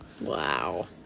Wow